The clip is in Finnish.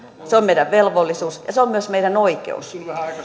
se on meidän velvollisuutemme ja se on myös meidän oikeutemme